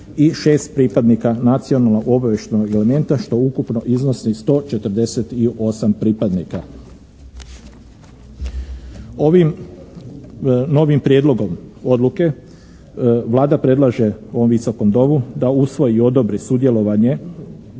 i 6 pripadnika nacionalnog obavještajnog elementa što ukupno iznosi 148 pripadnika. Ovim novim prijedlogom odluke Vlada predlaže ovom Visokom domu da usvoji i odobri sudjelovanje